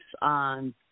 on